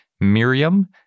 Miriam